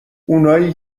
اونایی